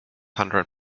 hundred